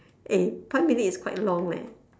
eh five minute is quite long leh